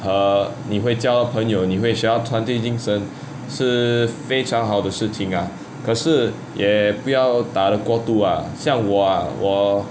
err 你会交到朋友你会学到团队精神是非常好的事情啊可是也不要打了过度啊像我啊我:ni hui jiao dao peng you ni hui xue dao tuanu dui jingng shen shi fei chang hao de shi qing a ke shi ye bu yao da le guo du a xiang wo a wo